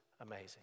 Amazing